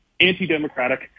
anti-democratic